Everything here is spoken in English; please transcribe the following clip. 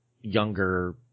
younger